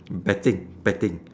betting betting